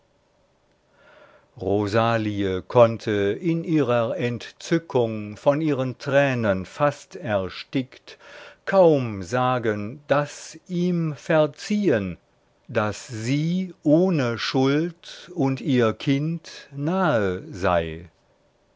rosalie konnte in ihrer entzückung von ihren tränen fast erstickt kaum sagen daß ihm verziehen daß sie ohne schuld und ihr kind nahe sei